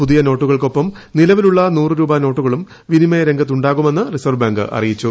പുതിയ നോട്ടുകൾക്കൊപ്പം നിലവിലുള്ള നൂറുരൂപ നോട്ടുകളും വിനിമയ രംഗത്തുണ്ടാകുമെന്ന് റിസർവ് ബാങ്ക് അറിയിച്ചു